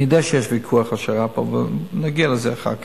אני יודע שיש ויכוח על השר"פ אבל נגיע לזה אחר כך.